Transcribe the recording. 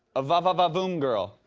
a va-va-va voom girl.